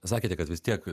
sakėte kad vis tiek